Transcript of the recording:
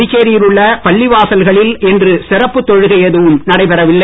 புதுச்சேரியில் உள்ள பள்ளிவாசல்களில் இன்று தொழுகை எதுவும் நடைபெறவில்லை